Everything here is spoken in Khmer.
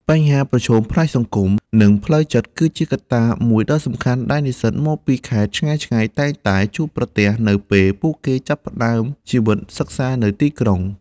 បញ្ហាប្រឈមផ្នែកសង្គម និងផ្លូវចិត្តគឺជាកត្តាមួយដ៏សំខាន់ដែលនិស្សិតមកពីខេត្តឆ្ងាយៗតែងតែជួបប្រទះនៅពេលពួកគេចាប់ផ្ដើមជីវិតសិក្សានៅទីក្រុង។